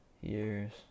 years